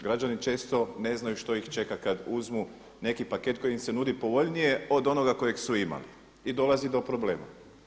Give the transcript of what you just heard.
Građani često ne znaju što ih čeka kada uzmu neki paket koji im se nudi povoljnije od onoga kojeg su imali i dolazi do problema.